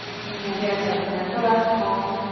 and as you exhale, plant the left palm.